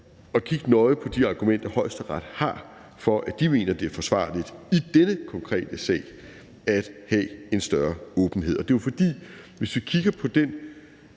at kigge nøje på de argumenter, Højesteret har for, at de mener, det er forsvarligt i denne konkrete sag at have en større åbenhed. Det er jo, at hvis vi kigger på den